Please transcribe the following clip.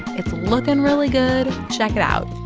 it's looking really good. check it out.